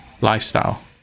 lifestyle